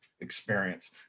experience